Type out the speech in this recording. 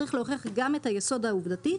צריך להוכיח גם את היסוד העובדתי,